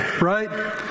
right